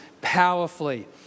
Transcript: powerfully